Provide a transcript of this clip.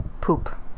Poop